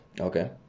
Okay